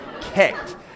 kicked